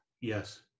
Yes